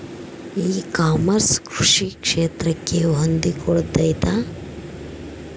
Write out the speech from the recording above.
E commerce ಕೃಷಿ ಕ್ಷೇತ್ರಕ್ಕೆ ಹೊಂದಿಕೊಳ್ತೈತಾ?